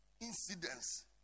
incidents